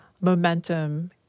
momentum